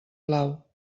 plau